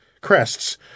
crests